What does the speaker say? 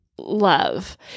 love